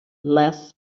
less